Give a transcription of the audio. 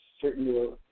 certain